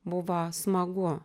buvo smagu